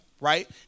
right